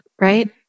Right